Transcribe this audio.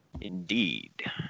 Indeed